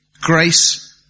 Grace